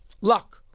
Luck